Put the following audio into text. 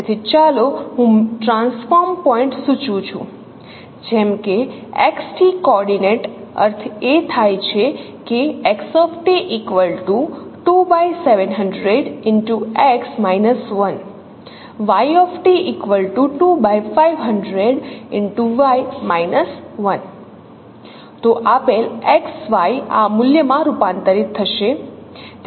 તેથી ચાલો હું ટ્રાંસ્ફોર્મ પોઇન્ટ સૂચવું છું જેમ કે xt કોઓર્ડિનેટ અર્થ એ થાય કે તો આપેલ x y આ મૂલ્યમાં રૂપાંતરિત થશે